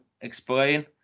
explain